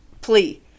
plea